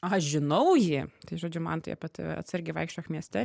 aš žinau jį tai žodžiu mantai apie tave atsargiai vaikščiok mieste